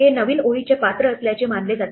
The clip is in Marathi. हे नवीन ओळीचे पात्र असल्याचे मानले जाते